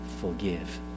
forgive